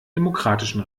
demokratischen